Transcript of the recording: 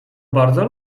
bardzo